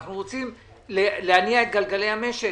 אנחנו רוצים להניע את גלגלי המשק.